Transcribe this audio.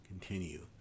continue